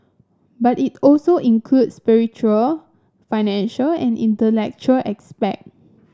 but it also includes spiritual financial and intellectual aspect